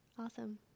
Awesome